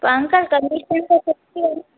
पर uncle condition त सुठी हुई